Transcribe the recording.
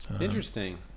interesting